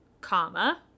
comma